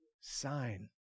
sign